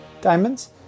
diamonds